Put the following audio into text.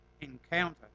encounter